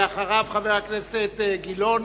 ואחריו, חבר הכנסת גילאון,